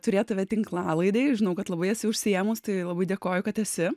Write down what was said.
turėt tave tinklalaidėj žinau kad labai esi užsiėmusi tai labai dėkoju kad esi